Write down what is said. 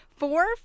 Four